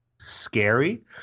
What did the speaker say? scary